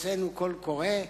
הוצאנו קול קורא,